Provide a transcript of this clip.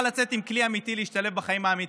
לצאת עם כלי אמיתי ולהשתלב בחיים האמיתיים,